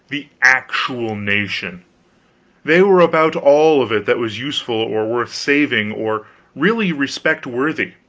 the actual nation they were about all of it that was useful, or worth saving, or really respect-worthy,